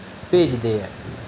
ਭੇਜਦੇ ਹੈ